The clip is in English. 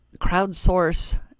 crowdsource